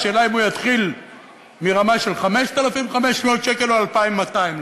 השאלה אם הוא יתחיל מרמה של 5,500 שקל או 2,200 שקל לנפש.